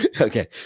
okay